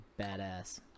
badass